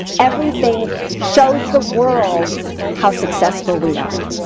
everything shows the world how successful we are.